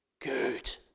good